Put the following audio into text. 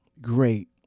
great